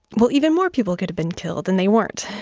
well, even more people could have been killed and they weren't.